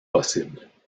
possibles